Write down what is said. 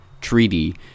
treaty